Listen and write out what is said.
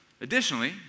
additionally